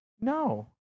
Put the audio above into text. No